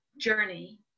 journey